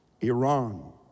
Iran